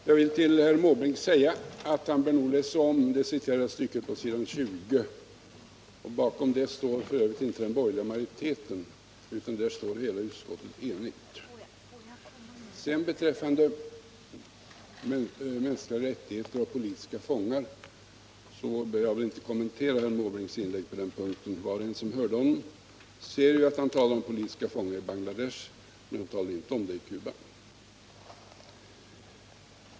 Herr talman! Jag vill till herr Måbrink säga att han nog bör läsa om det citerade stycket på s. 20. Bakom det uttalandet står f.ö. inte bara den borgerliga majoriteten, utan utskottet står enigt. När det gäller mänskliga rättigheter och politiska fångar behöver jag väl inte kommentera herr Måbrinks inlägg. Var och en som lyssnade på honom hörde ju att han talade om politiska fångar i Bangladesh men inte om politiska fångar på Cuba.